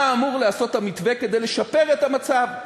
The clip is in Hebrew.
מה אמור לעשות המתווה כדי לשפר את המצב?